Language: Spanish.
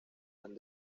tan